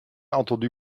entendu